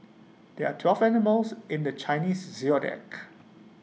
there are twelve animals in the Chinese Zodiac